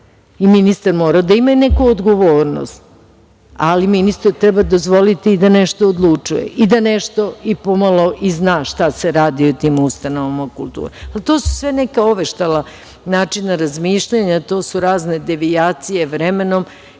i ministar mora da ima neku odgovornost, ali ministru treba dozvoliti da nešto odlučuje i da nešto pomalo i zna šta se radi u tim ustanovama kulture. To su sve neka oveštala načina razmišljanja, to su razne devijacije vremenom